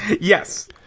yes